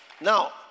Now